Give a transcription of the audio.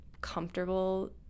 comfortable